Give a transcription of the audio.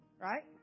right